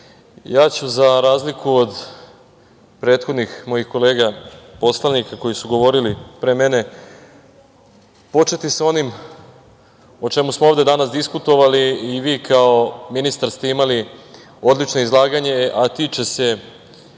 ja ću za razliku od prethodnih mojih kolega poslanika koji su govorili pre mene početi sa onim o čemu smo ovde danas diskutovali i vi kao ministar ste imali odlično izlaganje, a tiče se